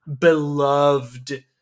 beloved